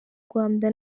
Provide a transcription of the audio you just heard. rwanda